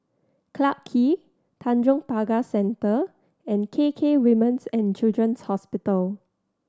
Clarke Quay Tanjong Pagar Centre and K K Women's And Children's Hospital